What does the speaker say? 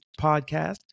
podcast